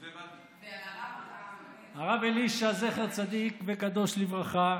הרב אלישע, זכר צדיק וקדוש לברכה,